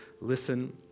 listen